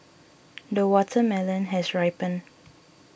the watermelon has ripened